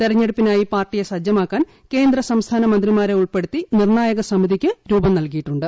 തെരഞ്ഞെടുപ്പിനായി പാർട്ടിയെ സജ്ജമാക്കാൻ കേന്ദ്ര സംസ്ഥാന മന്ത്രിമാരെ ഉൾപ്പെടുത്തി നിർണായക സമിതിയ്ക്ക് രൂപം നൽകിയിട്ടുണ്ട്